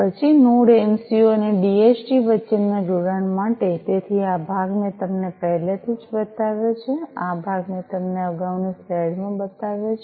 પછી node MCU અને DHT વચ્ચેના જોડાણ માટે તેથી આ ભાગ મેં તમને પહેલેથી જ બતાવ્યો છે આ ભાગ મેં તમને અગાઉની સ્લાઈડ માં બતાવ્યો છે